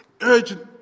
urgent